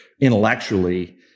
intellectually